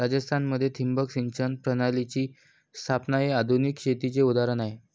राजस्थान मध्ये ठिबक सिंचन प्रणालीची स्थापना हे आधुनिक शेतीचे उदाहरण आहे